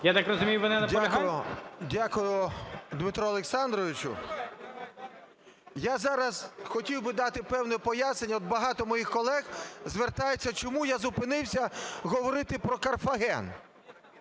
Шуфрич. 13:20:51 ШУФРИЧ Н.І. Дякую, Дмитре Олександровичу. Я зараз хотів би дати певне пояснення. От багато моїх колег звертаються, чому я зупинився говорити про Карфаген.